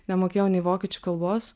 nemokėjau nei vokiečių kalbos